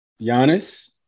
Giannis